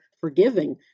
forgiving